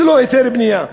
ללא היתר בנייה.